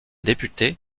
député